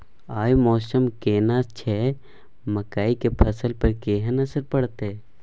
आय मौसम केहन छै मकई के फसल पर केहन असर परतै?